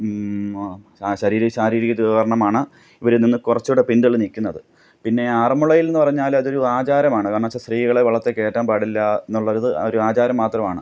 അ ശരീര ശാരീരിക ഇത് കാരണമാണ് ഇവരിൽനിന്ന് കുറച്ചുകൂടെ പിന്തള്ളി നിൽക്കുന്നത് പിന്നെ ആറന്മുളയില് എന്നു പറഞ്ഞാൽ അതൊരു ആചാരമാണ് കാരണം വച്ചാൽ സ്ത്രീകളെ വള്ളത്തെ കയറ്റാന് പാടില്ല എന്നുള്ളൊരിത് ഒരു ആചാരം മാത്രമാണ്